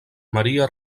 maria